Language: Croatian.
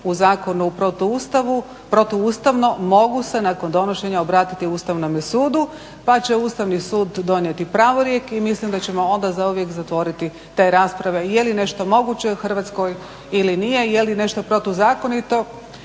u zakonu protuustavno mogu se nakon donošenja obratiti Ustavnom sudu pa će Ustavni sud donijeti pravorijek i mislim da ćemo onda zauvijek zatvoriti te rasprave je li nešto moguće u Hrvatskoj ili nije, je li nešto protuzakonito,